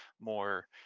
more